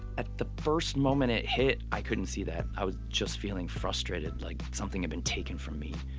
at the first moment it hit, i couldn't see that. i was just feeling frustrated, like something had been taken from me.